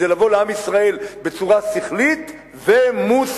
כדי לבוא לעם ישראל בצורה שכלית ומוסרית.